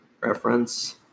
reference